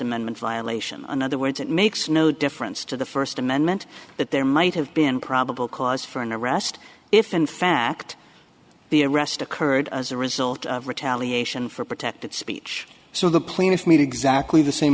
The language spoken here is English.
amendment violation other words it makes no difference to the first amendment that there might have been probable cause for an arrest if in fact the arrest occurred as a result of retaliation for protected speech so the plaintiffs mean exactly the same